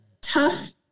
tough